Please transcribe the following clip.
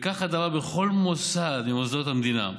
וכך הדבר בכל מוסד ממוסדות המדינה: